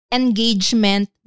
engagement